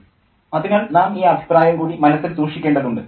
professor അതിനാൽ നാം ഈ അഭിപ്രായം കൂടി മനസ്സിൽ സൂക്ഷിക്കേണ്ടതുണ്ട്